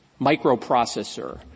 microprocessor